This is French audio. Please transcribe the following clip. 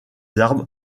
arbres